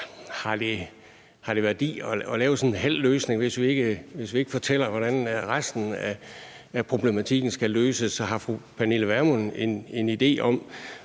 har det værdi at lave sådan en halv løsning, hvis vi ikke fortæller, hvordan resten af problematikken skal løses? Så har fru Pernille Vermund en idé om,